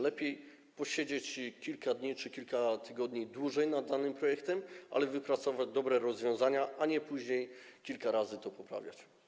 Lepiej posiedzieć kilka dni czy kilka tygodni dłużej nad danym projektem, ale wypracować dobre rozwiązania, a nie później kilka razy to poprawiać.